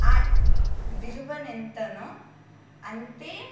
ఆ విలువ ఎంతనో అంతే